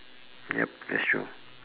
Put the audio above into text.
yup that's true